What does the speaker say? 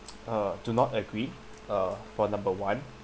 uh do not agree uh for number one